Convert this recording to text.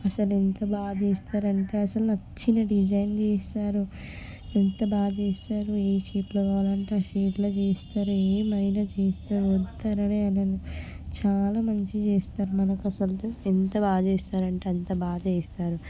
అసలు ఎంత బాగా చేస్తారంటే అసలు నచ్చిన డిజైన్ చేస్తారు ఎంత బాగా చేస్తారు ఏ షేపులో కావాలంటే ఆ షేపులో చేస్తారు ఏం అయినా చేస్తారు వద్దు అననే అనరు చాలా మంచిగా చేస్తారు మనకు అసలు ఎంత బాగా చేస్తారంటే అంత బాగా చేస్తారు